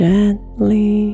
Gently